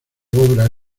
obra